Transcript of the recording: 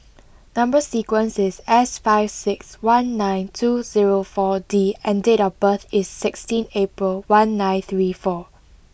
number sequence is S five six one nine two zero four D and date of birth is sixteen April one nine three four